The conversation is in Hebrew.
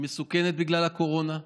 היא מסוכנת בגלל הקורונה,